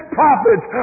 prophets